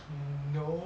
no